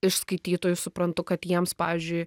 iš skaitytojų suprantu kad jiems pavyzdžiui